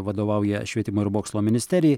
vadovauja švietimo ir mokslo ministerijai